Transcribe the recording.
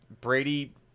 Brady